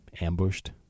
ambushed